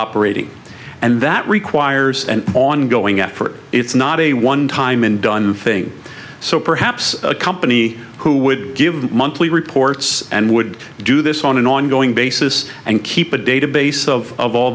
operating and that requires an ongoing effort it's not a one time and done thing so perhaps a company who would give monthly reports and would do this on an ongoing basis and keep a database of of all